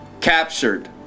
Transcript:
captured